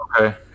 Okay